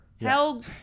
Hell